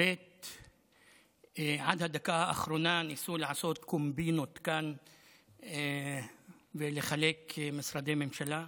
עד הדקה האחרונה ניסו לעשות קומבינות כאן ולחלק משרדי ממשלה,